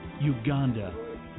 Uganda